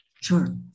Sure